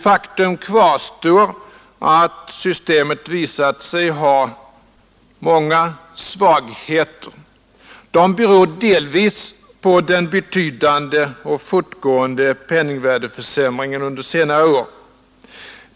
Faktum kvarstår att systemet visat sig ha många svagheter. Dessa beror delvis på den betydande och fortgående penningvärdeförsämringen under senare år.